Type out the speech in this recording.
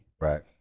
Right